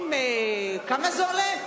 כמה זה עולה?